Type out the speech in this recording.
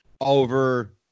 over